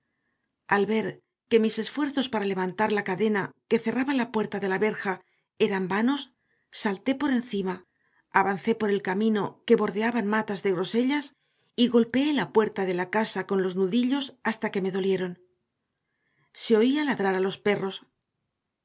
al ver que mis esfuerzos para levantar la cadena que cerraba la puerta de la verja eran vanos salté por encima avancé por el camino que bordeaban matas de grosellas y golpeé la puerta de la casa con los nudillos hasta que me dolieron se oía ladrar a los muy perros